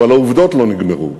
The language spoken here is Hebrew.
הבחירות נגמרו,